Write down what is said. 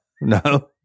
no